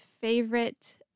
favorite